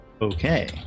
Okay